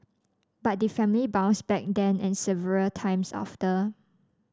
but the family bounced back then and several times after